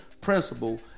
principle